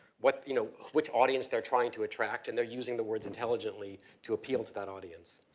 what, you know, which audience they're trying to attract. and they're using the words intelligently to appeal to that audience.